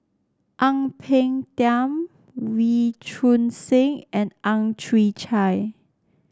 Ang Peng Tiam Wee Choon Seng and Ang Chwee Chai